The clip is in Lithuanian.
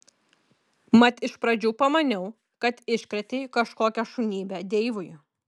mat iš pradžių pamaniau kad iškrėtei kažkokią šunybę deivui